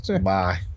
Bye